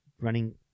running